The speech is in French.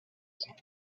sang